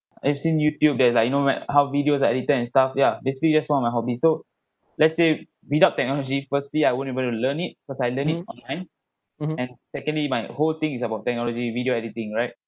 I've seen Youtube that like you know met how videos editor and stuff yeah basically that's one of my hobby so let's say without technology firstly I won't able to learn cause I learn it online and secondly my whole thing is about technology video editing right